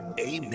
Amen